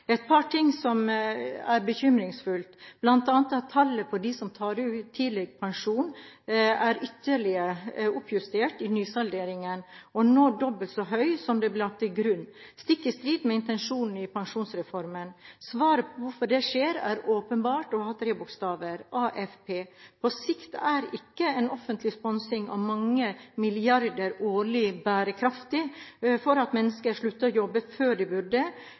Et par ting er imidlertid bekymringsfullt, bl.a. at tallet på dem som tar ut tidligpensjon, er ytterligere oppjustert i nysalderingen og nå er dobbelt så høyt som det ble lagt til grunn, stikk i strid med intensjonen i pensjonsreformen. Svaret på hvorfor det skjer, er åpenbart og har tre bokstaver: AFP. På sikt er ikke en offentlig sponsing på mange milliarder årlig for at mennesker slutter å jobbe før de burde,